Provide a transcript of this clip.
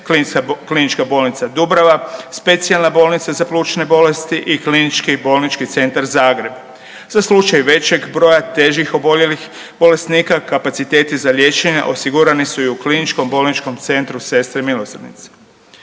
Mihaljević, KBC Dubrava, Specijalna bolnica za plućne bolesti i KBC Zagreb. Za slučaj većeg broja težih oboljelih bolesnika, kapaciteti za liječenje osigurani su i u KBC Sestre Milosrdnice.